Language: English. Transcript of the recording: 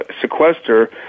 sequester